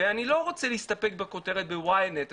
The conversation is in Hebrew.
אני לא רוצה להסתפק בכותרת ב-YNET,